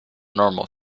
normal